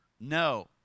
No